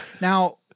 Now